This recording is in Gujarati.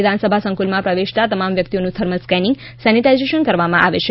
વિધાનસભા સંકુલમાં પ્રવેશતા તમામ વ્યક્તિઓનું થર્મલ સ્કેનીંગ સેનિટાઇઝેશન કરવામાં આવે છે